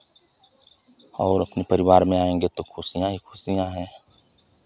और अपनी परिवार में आएंगे तो खुशियां ही खुशियां है